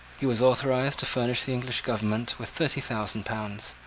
he was authorised to furnish the english government with thirty thousand pounds,